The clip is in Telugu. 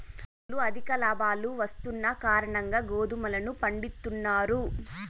రైతులు అధిక లాభాలు వస్తున్న కారణంగా గోధుమలను పండిత్తున్నారు